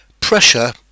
pressure